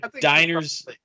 diners